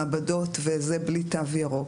מעבדות בלי תו ירוק,